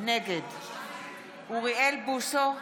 נגד אוריאל בוסו,